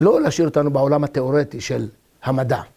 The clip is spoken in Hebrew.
לא להשאיר אותנו בעולם התיאורטי של המדע.